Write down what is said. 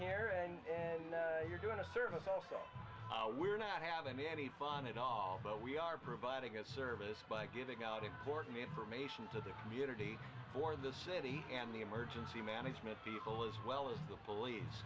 here and you're doing a service also we're not having any fun at all but we are providing a service by giving out important information to the community or the city and the emergency management people as well as the police